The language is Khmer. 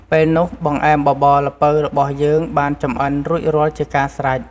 ពេលនោះ បង្អែមបបរល្ពៅរបស់យើងបានចម្អិនរួចរាល់ជាការស្រេច។